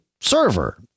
server